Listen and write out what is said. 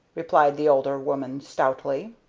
replied the older woman, stoutly.